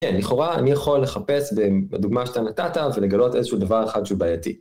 כן, לכאורה אני יכול לחפש בדוגמה שאתה נתת ולגלות איזשהו דבר אחד שהוא בעייתי.